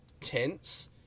tense